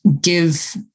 give